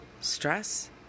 stress